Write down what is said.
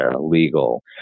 legal